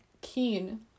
keen